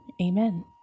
Amen